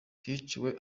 hiciwe